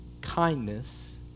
kindness